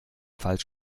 falsch